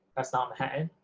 that's not bad,